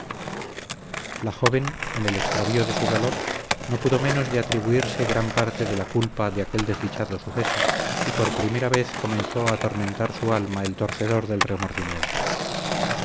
la joven en el extravío de su dolor no pudo menos de atribuirse gran parte de la culpa de aquel desdichado suceso y por primera vez comenzó a atormentar su alma el torcedor del remordimiento